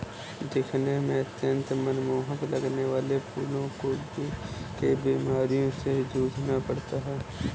दिखने में अत्यंत मनमोहक लगने वाले फूलों को भी कई बीमारियों से जूझना पड़ता है